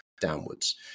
downwards